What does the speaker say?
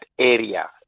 area